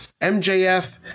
MJF